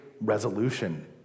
resolution